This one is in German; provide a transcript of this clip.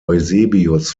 eusebius